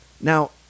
Now